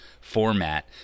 format